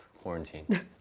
quarantine